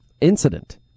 incident